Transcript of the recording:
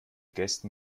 gästen